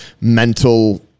mental